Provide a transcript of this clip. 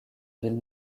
ville